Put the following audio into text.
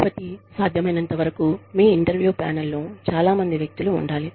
కాబట్టి సాధ్యమైనంతవరకు మీ ఇంటర్వ్యూ ప్యానెల్లో చాలా మంది వ్యక్తులు ఉండాలి